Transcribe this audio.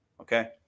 Okay